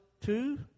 two